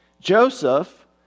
Joseph